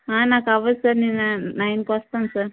ఆ నాకు అవ్వదు సార్ నేను నైన్కి వస్తాను సార్